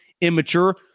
immature